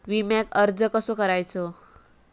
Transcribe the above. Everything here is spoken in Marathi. विम्याक अर्ज कसो करायचो?